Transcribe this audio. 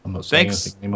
Thanks